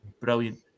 brilliant